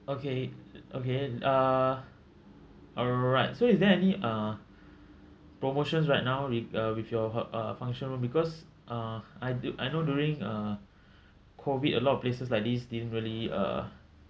okay okay uh alright so is there any uh promotions right now re~ uh with your uh function room because uh I I know during uh COVID a lot of places like this didn't really uh